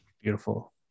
beautiful